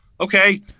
Okay